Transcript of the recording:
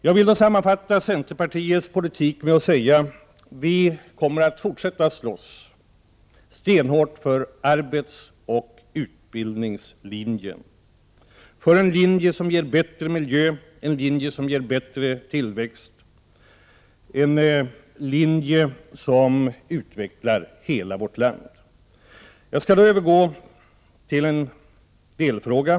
Jag vill sammanfatta centerns politik med att säga att vi kommer att fortsätta att slåss stenhårt för arbetsoch utbildningslinjen, för en linje som ger bättre miljö och bättre tillväxt, för en linje som utvecklar hela vårt land. Nu skall jag övergå till en delfråga.